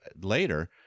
later